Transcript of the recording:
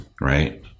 right